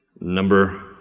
Number